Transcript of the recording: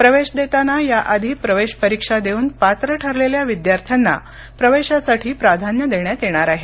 प्रवेश देताना याआधी प्रवेश परीक्षा देऊन पात्र ठरलेल्या विद्यार्थ्यांना प्रवेशासाठी प्राधान्य देण्यात येणार आहे